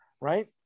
right